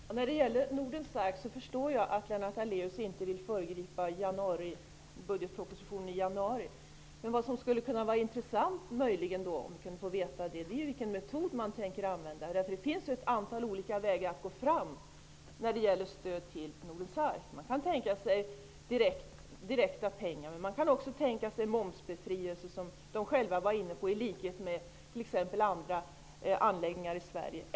Fru talman! När det gäller Nordens ark, förstår jag att Lennart Daléus inte vill föregripa budgetpropositionen i januari. Men det vore intressant att få veta vilken metod som man tänker använda. Det finns ett antal olika vägar att gå i fråga om stöd till Nordens ark. Man kan tänka sig direkta pengar, men man kan också tänka sig momsbefrielse -- som Nordens ark självt var inne på -- i likhet med vad som gäller för andra anläggningar i Sverige.